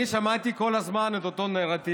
אני שמעתי כל הזמן את אותו נרטיב